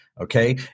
Okay